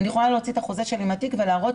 אני יכולה להוציא את החוזה שלי מהתיק ולהראות